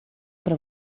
para